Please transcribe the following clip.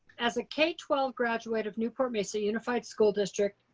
as a k twelve graduate of newport-mesa unified school district,